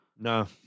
No